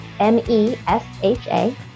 M-E-S-H-A